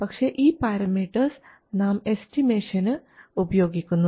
പക്ഷേ ഈ പാരാമീറ്റർസ് നാം എസ്റ്റിമെഷന് ഉപയോഗിക്കുന്നു